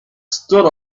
stood